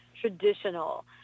traditional